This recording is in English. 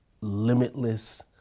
limitless